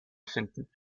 finden